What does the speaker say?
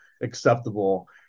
acceptable